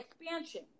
expansion